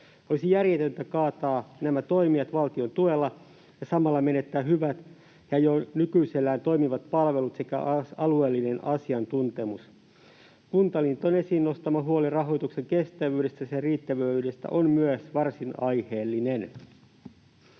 Olisi järjetöntä kaataa nämä toimijat valtion tuella ja samalla menettää hyvät ja jo nykyisellään toimivat palvelut sekä alueellinen asiantuntemus. Kuntaliiton esiin nostama huoli rahoituksen kestävyydestä ja sen riittävyydestä on myös varsin aiheellinen.